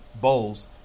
bowls